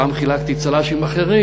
פעם חילקתי צל"שים אחרים.